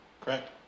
correct